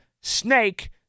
snake